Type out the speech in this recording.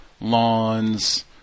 lawns